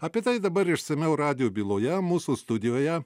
apie tai dabar išsamiau radijo byloje mūsų studijoje